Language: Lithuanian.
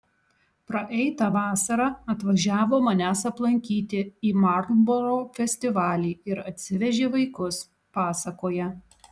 praeitą vasarą atvažiavo manęs aplankyti į marlboro festivalį ir atsivežė vaikus pasakoja